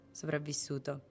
sopravvissuto